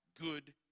good